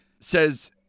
says